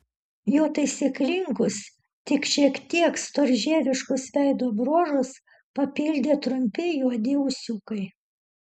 jo taisyklingus tik šiek tiek storžieviškus veido bruožus papildė trumpi juodi ūsiukai